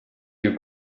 you